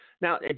Now